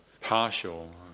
partial